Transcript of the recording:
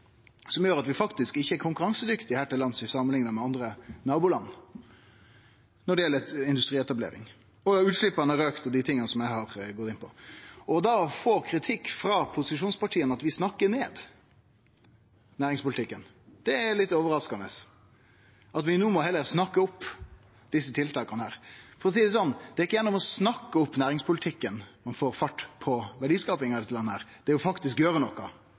som gjer at vi ikkje er konkurransedyktige her til lands, samanlikna med nabolanda, når det gjeld industrietablering. I tillegg har utsleppa auka – pluss alt det andre som eg har vore inne på. Då å få kritikk frå posisjonspartia om at vi snakkar ned næringspolitikken, og at vi no heller må snakke opp desse tiltaka, er litt overraskande. For å seie det sånn: Det er ikkje gjennom å snakke opp næringspolitikken ein får fart på verdiskapinga i dette landet – det er gjennom å gjere noko